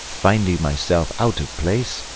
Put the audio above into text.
finding myself out of place,